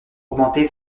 augmenter